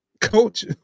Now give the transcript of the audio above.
Coach